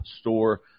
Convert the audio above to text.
Store